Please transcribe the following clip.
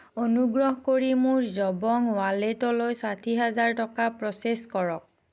অনুগ্ৰহ কৰি মোৰ জবং ৱালেটলৈ ষাঠি হাজাৰ টকা প্ৰ'চেছ কৰক